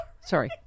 Sorry